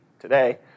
today